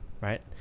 right